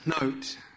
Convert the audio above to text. note